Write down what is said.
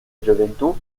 gioventù